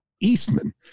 Eastman